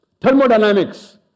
Thermodynamics